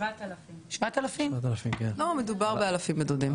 7,000. מדובר באלפים בודדים.